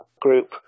group